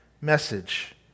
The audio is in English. message